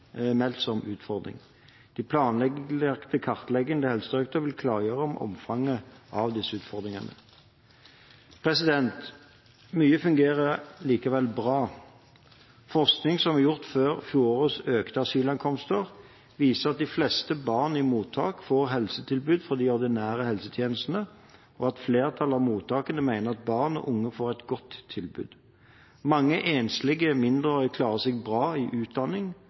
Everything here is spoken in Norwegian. utfordring. De planlagte kartleggingene til Helsedirektoratet vil klargjøre omfanget av disse utfordringene. Mye fungerer likevel bra. Forskning som er gjort før fjorårets økte asylankomster, viser at de fleste barn i mottak får helsetilbud fra de ordinære helsetjenestene, og at flertallet av mottakene mener at barn og unge får et godt tilbud. Mange enslige mindreårige klarer seg bra i utdanning